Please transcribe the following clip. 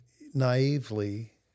Naively